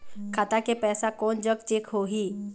खाता के पैसा कोन जग चेक होही?